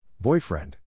Boyfriend